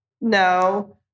no